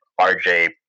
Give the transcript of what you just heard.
RJ